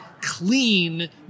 clean